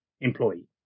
employee